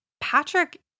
Patrick